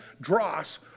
dross